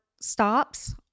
stops